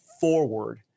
forward